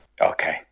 okay